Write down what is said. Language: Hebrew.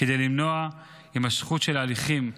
כדי למנוע הימשכות של ההליכים.